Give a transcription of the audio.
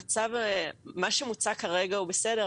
מה שמוצע כרגע הוא בסדר,